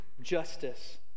justice